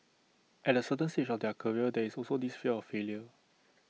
at A certain stage of their career there is also this fear of failure